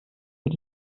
mit